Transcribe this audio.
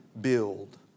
build